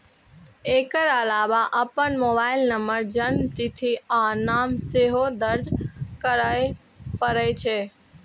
एकर अलावे अपन mobile number, जन्मतिथि आ नाम सेहो दर्ज करय पड़ै छै